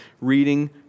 Reading